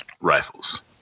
rifles